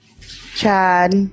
Chad